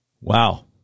Wow